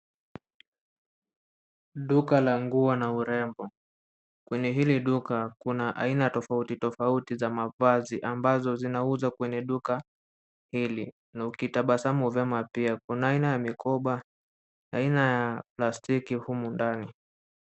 Duka la nguo na urembo. Kwenye hili duka kuna aina tofauti tofauti za mavazi ambazo zinauzwa kwenye duka hili na ukitabasamu vyema pia kuna aina ya mikoba, aina ya plastiki humu ndani.